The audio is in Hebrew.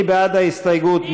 מי בעד ההסתייגות?